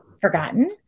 forgotten